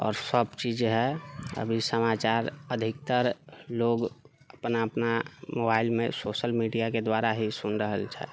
आओर सभ चीज है अब ई समाचार अधिकतर लोग अपना अपना मोबाइलमे सोशल मीडियाके दुआरा ही सुनि रहल छै